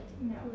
No